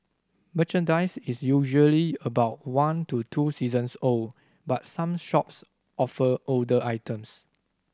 merchandise is usually about one to two seasons old but some shops offer older items